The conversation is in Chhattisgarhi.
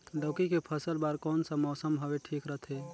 लौकी के फसल बार कोन सा मौसम हवे ठीक रथे?